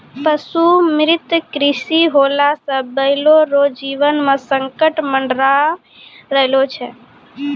पशु मुक्त कृषि होला से बैलो रो जीवन मे संकट मड़राय रहलो छै